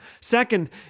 Second